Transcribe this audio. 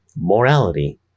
morality